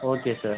okay sir